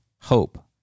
Hope